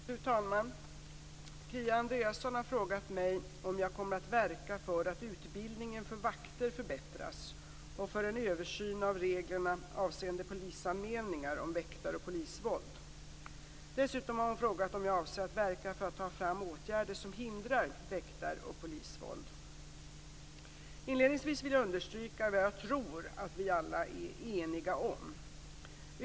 Fru talman! Kia Andreasson har frågat mig om jag kommer att verka för att utbildningen för vakter förbättras och för en översyn av reglerna avseenden polisanmälningar om väktar och polisvåld. Dessutom har hon frågat om jag avser att verka för att ta fram åtgärder som hindrar väktar och polisvåld. Inledningsvis vill jag understryka vad jag tror att vi alla är eniga om.